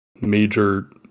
major